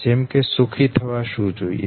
જેમકે સુખી થવા શું જોઈએ